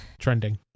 trending